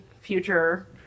future